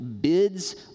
bids